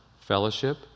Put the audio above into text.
fellowship